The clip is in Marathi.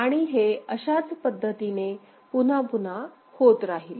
आणि हे अशाच पद्धतीने पुन्हा पुन्हा होत राहील